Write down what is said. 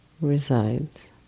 resides